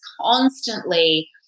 constantly